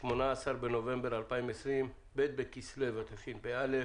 18 בנובמבר 2020, ב' בכסלו התשפ"א.